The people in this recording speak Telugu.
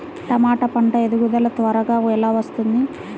టమాట పంట ఎదుగుదల త్వరగా ఎలా వస్తుంది?